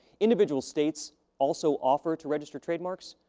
individual states also offer to register trademarks,